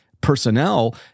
personnel